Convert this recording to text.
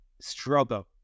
struggle